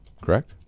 correct